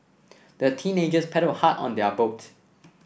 the teenagers paddled hard on their boat